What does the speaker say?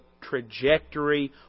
trajectory